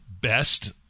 best